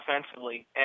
offensively